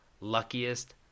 luckiest